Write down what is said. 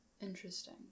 Interesting